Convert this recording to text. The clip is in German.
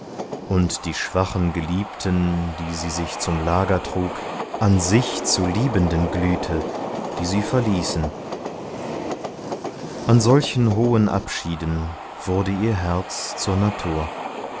und die schwachen geliebten die sie sich zum lager trug an sich zu liebenden glühte die sie verließen an solchen hohen abschieden wurde ihr herz zur natur